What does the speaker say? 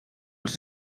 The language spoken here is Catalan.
els